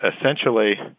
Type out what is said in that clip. essentially